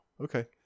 Okay